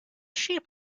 sheep